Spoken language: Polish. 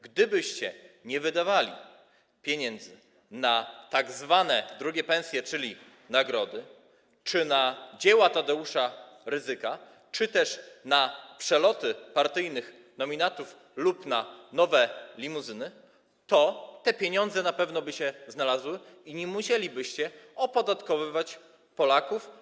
Gdybyście nie wydawali na tzw. drugie pensje, czyli nagrody, na dzieła Tadeusza Rydzyka czy też na przeloty partyjnych nominatów lub na nowe limuzyny, to te pieniądze na pewno by się znalazły i nie musielibyście opodatkowywać Polaków.